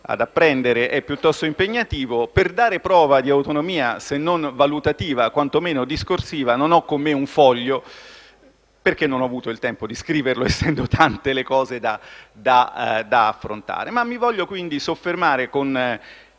ad apprendere è piuttosto impegnativo, per dare prova di autonomia, se non valutativa quantomeno discorsiva, non ho con me un foglio (perché non ho avuto il tempo di scriverlo, essendo tante le questioni da affrontare). Voglio quindi soffermarmi, con